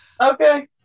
Okay